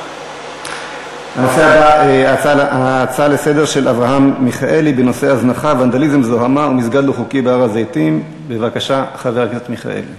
הנושא הבא הוא הצעה לסדר-היום מס' 222 של אברהם מיכאלי: